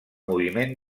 moviment